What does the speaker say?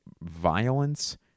violence